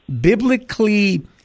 biblically